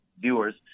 viewers